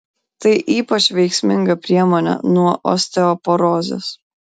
tai ypač veiksminga priemonė nuo osteoporozės